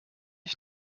ich